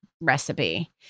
recipe